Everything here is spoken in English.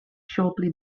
shortly